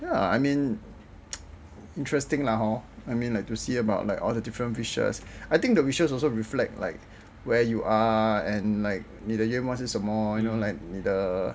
ya I mean interesting lah hor I mean like to see about the different wishes I think the wishes also reflect like where you are and like 你的愿望是什么 you know like 你的